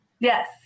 Yes